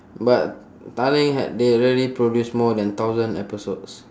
but tanglin ha~ they already produce more than thousand episodes